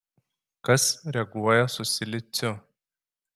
kas reaguoja su siliciu